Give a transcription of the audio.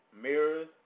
mirrors